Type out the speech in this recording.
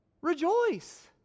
rejoice